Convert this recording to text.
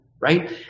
right